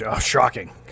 Shocking